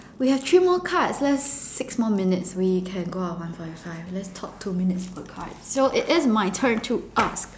we have three more cards left six more minutes we can go out at one forty five let's talk two minutes per card so it is my turn to ask